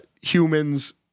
humans